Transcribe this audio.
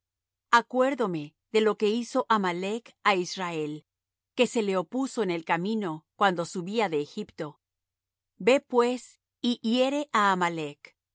acuérdome de lo que hizo amalec á israel que se le opuso en el camino cuando subía de egipto ve pues y hiere á amalec